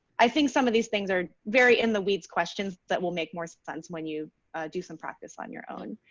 i think some of these things are very in the weeds questions that will make more sense when you do some practice on your own.